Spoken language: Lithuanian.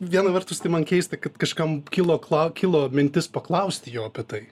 viena vertus tai man keista kad kažkam kilo kla kilo mintis paklausti jo apie tai